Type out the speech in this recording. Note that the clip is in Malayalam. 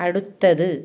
അടുത്തത്